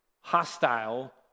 hostile